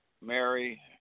Mary